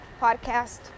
podcast